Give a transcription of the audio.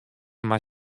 mar